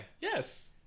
Yes